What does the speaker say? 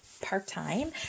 part-time